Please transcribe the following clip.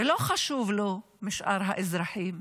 ולא חשובים לו שאר האזרחים,